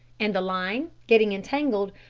and the line, getting entangled,